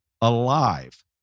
alive